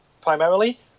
primarily